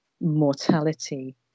mortality